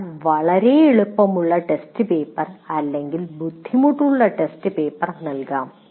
ഒരാൾ വളരെ എളുപ്പമുള്ള ടെസ്റ്റ് പേപ്പർ അല്ലെങ്കിൽ ബുദ്ധിമുട്ടുള്ള ടെസ്റ്റ് പേപ്പർ നൽകാം